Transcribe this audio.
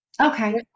Okay